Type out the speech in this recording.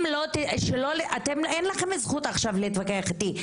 אין לכם זכות עכשיו להתווכח איתי.